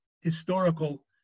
historical